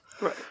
right